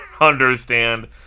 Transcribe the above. understand